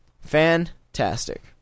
fantastic